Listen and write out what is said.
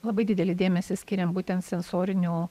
labai didelį dėmesį skiriam būtent sensorinių